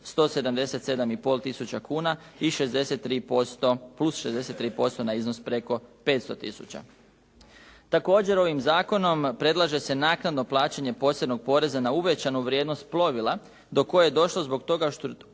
177,5 tisuća kuna plus 63% na iznos preko 500 tisuća. Također ovim zakonom predlaže se naknadno plaćanje posebnog poreza na uvećanu vrijednost plovila do koje je došlo zbog toga što